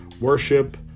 worship